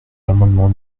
l’amendement